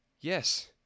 Yes